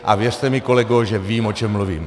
A věřte mi, kolego, že vím, o čem mluvím.